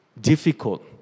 difficult